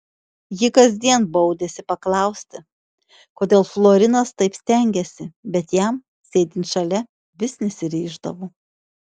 ji kasdien baudėsi paklausti kodėl florinas taip stengiasi bet jam sėdint šalia vis nesiryždavo